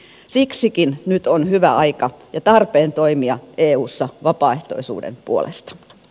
siksikin nyt on hyvä aika ja tarpeen toimia eussa vapaaehtoisuuden puolesta